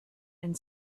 and